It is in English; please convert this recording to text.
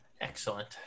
excellent